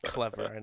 Clever